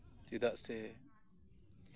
ᱪᱮᱫᱟᱜ ᱥᱮ